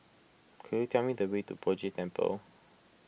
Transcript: could you tell me the way to Poh Jay Temple